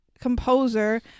composer